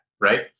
right